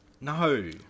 No